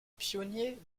pionniers